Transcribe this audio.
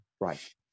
Right